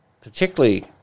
particularly